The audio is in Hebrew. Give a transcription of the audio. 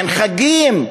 אין חגים.